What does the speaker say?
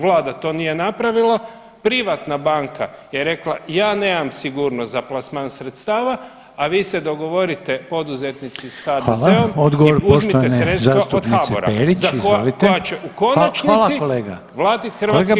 Vlada to nije napravila, privatna banka je rekla ja nemam sigurnost za plasman sredstava, a vi se dogovorite poduzetnici s HDZ-om [[Upadica: Hvala.]] i uzmite sredstva od HBOR-a za, koja će u konačnici [[Upadica: Hvala kolega.]] platiti hrvatski građani.